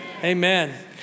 Amen